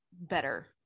better